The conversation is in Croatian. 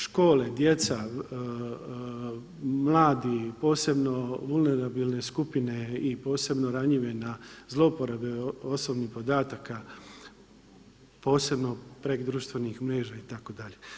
Škole, djeca, mladi posebno … skupine i posebno ranjive na zloporabe osobnih podataka, posebno preko društvenih mreža itd.